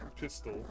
pistol